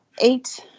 eight